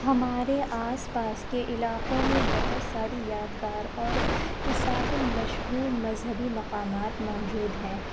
ہمارے آس پاس کے علاقوں میں بہت ساری یادگار اور ساحل مشہور مذہبی مقامات موجود ہیں